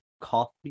coffee